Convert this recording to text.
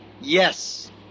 yes